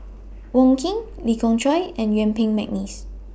Wong Keen Lee Khoon Choy and Yuen Peng Mcneice